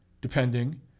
depending